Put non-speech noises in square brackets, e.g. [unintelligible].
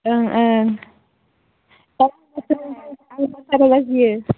ओं ओं [unintelligible] आं मोसानो लाजियो